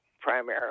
primarily